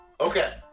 Okay